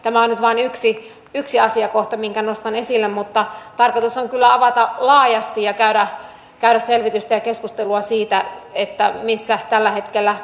tämä on nyt vain yksi asiakohta minkä nostan esille mutta tarkoitus on kyllä avata laajasti ja käydä selvitystä ja keskustelua siitä missä tällä hetkellä mennään